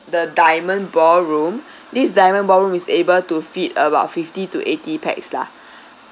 the diamond ballroom this diamond ballroom is able to fit about fifty to eighty pax lah